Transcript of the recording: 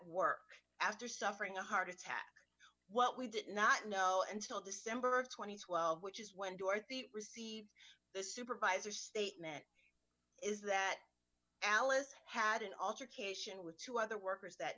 work after suffering a heart attack what we did not know until december two thousand and twelve which is when dorothy received the supervisor statement is that alice had an altercation with two other workers that